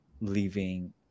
leaving